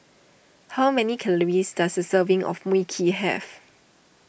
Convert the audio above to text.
how many calories does a serving of Mui Kee have